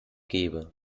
gäbe